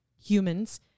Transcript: humans